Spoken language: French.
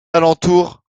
alentours